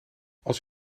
als